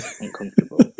uncomfortable